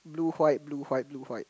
blue white blue white blue white